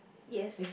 yes